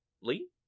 Lee